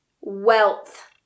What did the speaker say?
wealth